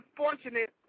fortunate